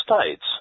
states